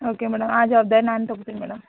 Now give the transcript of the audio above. okay madam ಆ ಜವಾಬ್ದಾರಿ ನಾನು ತೊಗೊತಿನಿ ಮೇಡಮ್